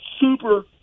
Super